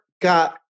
got